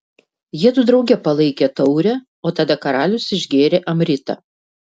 jiedu drauge palaikė taurę o tada karalius išgėrė amritą